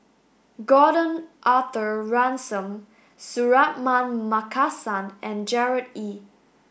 Gordon Arthur Ransome Suratman Markasan and Gerard Ee